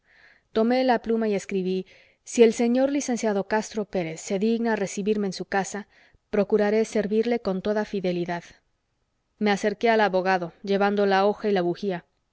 tomé la pluma y escribí si el señor licenciado castro pérez se digna recibirme en su casa procuraré servirle con toda fidelidad me acerqué al abogado llevando la hoja y la bujía